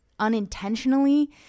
unintentionally